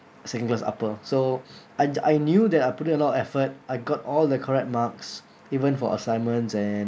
second class upper so I'd I knew that I put in a lot of effort I got all the correct marks even for assignments and